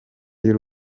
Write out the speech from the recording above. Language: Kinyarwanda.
y’u